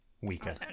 weaker